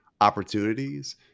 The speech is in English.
opportunities